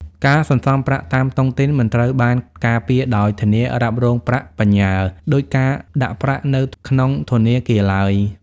ការសន្សំប្រាក់តាមតុងទីនមិនត្រូវបានការពារដោយ "ធានារ៉ាប់រងប្រាក់បញ្ញើ" ដូចការដាក់ប្រាក់នៅក្នុងធនាគារឡើយ។